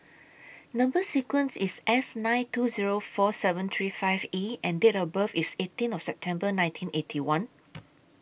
Number sequence IS S nine two Zero four seven three five E and Date of birth IS eighteen September nineteen Eighty One